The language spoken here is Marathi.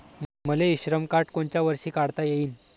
मले इ श्रम कार्ड कोनच्या वर्षी काढता येईन?